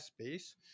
space